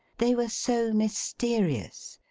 they were so mysterious,